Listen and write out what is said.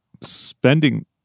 spending